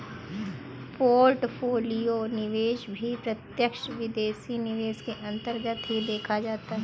portfolio निवेश भी प्रत्यक्ष विदेशी निवेश के अन्तर्गत ही देखा जाता है